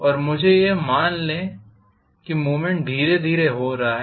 और मुझे यह मान ले कि मूवमेंट धीरे धीरे हो रहा है